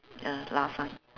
ah last one